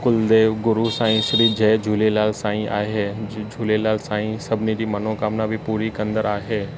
कुलदेव गुरु साईं श्री जय झूलेलाल साईं आहे जी झूलेलाल साईं सभिनी जी मनोकामिना बि पूरी कंदड़ु आहे